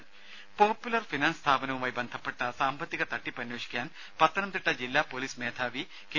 ദേദ Popular Finance സ്ഥാപനവുമായി ബന്ധപ്പെട്ട സാമ്പത്തിക തട്ടിപ്പ് അന്വേഷിക്കാൻ പത്തനംതിട്ട ജില്ലാപൊലീസ് മേധാവി കെ